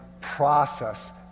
process